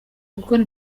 gukora